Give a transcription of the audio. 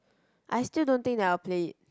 I still don't think that I'll play it